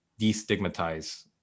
destigmatize